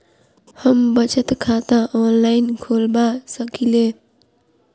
हम बचत खाता ऑनलाइन खोलबा सकलिये?